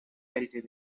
edited